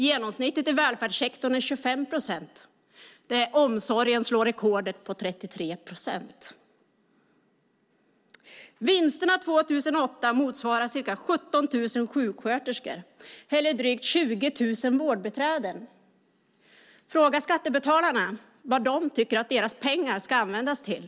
Genomsnittet i välfärdssektorn är 25 procent. Omsorgen sätter rekord med 33 procent. Vinsterna 2008 motsvarar ca 17 000 sjuksköterskor eller drygt 20 000 vårdbiträden. Fråga skattebetalarna vad de tycker att deras pengar ska användas till!